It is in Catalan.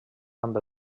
amb